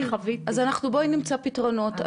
בואי נמצא פתרונות.